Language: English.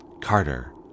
Carter